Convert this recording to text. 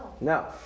No